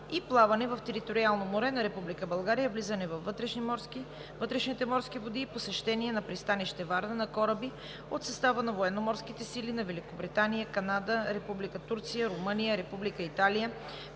и плаване в териториалното море на Република България, влизане във вътрешните морски води и посещение на пристанище Варна на кораби от състава на военноморските сили на Великобритания, Канада, Република Турция, Румъния, Република